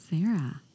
Sarah